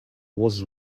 was